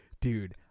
Dude